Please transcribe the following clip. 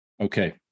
okay